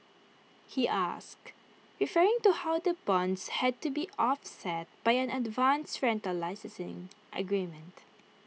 he asked referring to how the bonds had to be offset by an advance rental licensing agreement